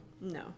No